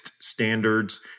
standards